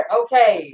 okay